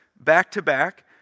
back-to-back